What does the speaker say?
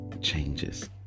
changes